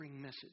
message